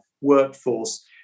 workforce